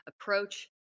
approach